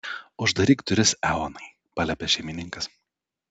uždaryk duris eonai paliepė šeimininkas